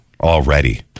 already